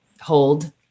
hold